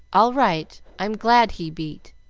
all right, i'm glad he beat!